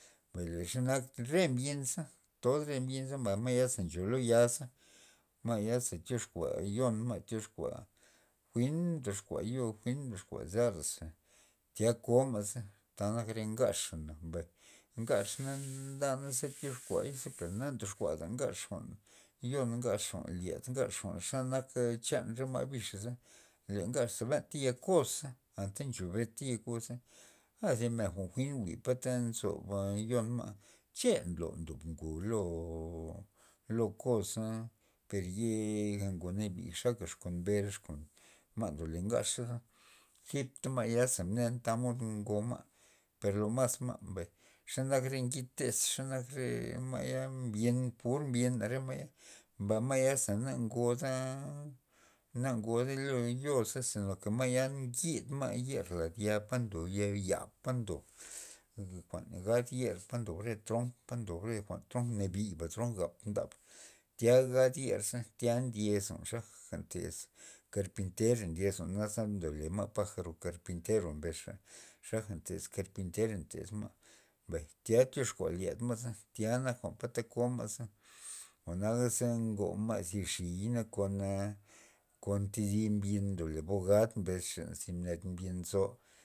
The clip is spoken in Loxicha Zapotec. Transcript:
Mbay le xenak re mbinza tod re mbinza mbay re ma' ya ncho lo ya'za, ma'ya ze toxkua yon ma' tyoxkua jwi'n tyoxkua yo toxkua zaraza tya koma'za tanak re ngaxana mbay ngaxna nda ze tyoxkuay per na ndoxkuada ngax yon ngax jwa'n lyed ngax jwa'n xenak chan re ma' bixa za, le ngaxa benta ya koz za anta ncho beta yakoz za a zi men jwi'n jwi' ta nzob yon ma' che nlo ndob ngo lo lo koz za per yega ngo nabi xapa exgon mber ma'exgon ndole ngaxa za zipta ma'ya ze nen tamod ngo ma' per lo mas ma' xenak re ngid tez xenak re ma'ya mbyen pur mbina re ma'ya mbay ma'ya za na ngoda na ngoda lo yoza lo ke ma' ya ngid ma' yer lad ya pa ndub ya yab pa ndob jwa'n ngat yer pa ndob re tronk pa ndon re jwa'n tronk nabiba tronk ndab tya gad yerza tya ndye xaja ntez karpintera ndyez jwa'naza ma' pajaro karpintero mbes xa xaja ntez karpintera ntez ma' mbay tya tyoxkua lyed ma' za tya nak jwa'n ta ko ma'za jwa'naza ngo ma' thi xiy na kon kon thi di mbin ndole bogad mbes xa zi med mbin nzon.